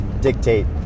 dictate